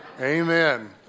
Amen